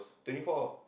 twenty four